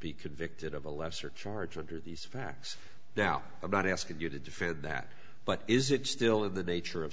be convicted of a lesser charge under these facts now i'm not asking you to defend that but is it still in the nature of